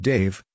Dave